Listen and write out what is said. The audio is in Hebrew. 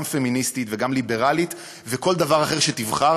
פמיניסטית וגם ליברלית וכל דבר אחר שתבחר,